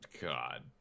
God